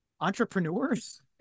Entrepreneurs